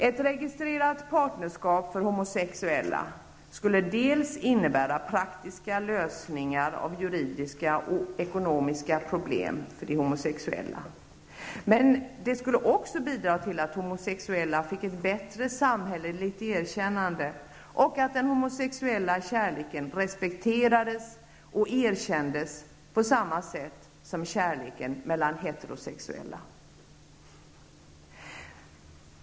Ett registrerat partnerskap för homosexuella skulle dels innebära praktiska lösningar av juridiska och ekonomiska problem för de homosexuella. Men det skulle också bidra till att homosexuella fick ett bättre samhälleligt erkännande, och att den homosexuella kärleken respekterades och erkändes på samma sätt som kärleken mellan heterosexuella.